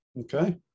Okay